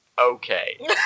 Okay